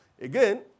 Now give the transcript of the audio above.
Again